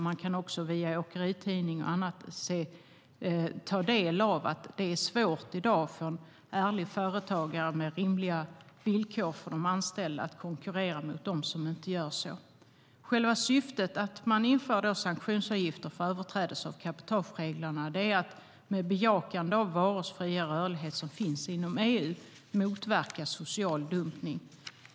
Man kan också via åkeritidningar och annat ta del av att det i dag är svårt för en ärlig företagare med rimliga villkor för sina anställda att konkurrera med dem som inte har det. Själva syftet med att införa sanktionsavgifter för överträdelse av cabotagereglerna är att med bejakande av varors fria rörlighet inom EU motverka social dumpning.